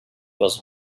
was